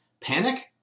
panic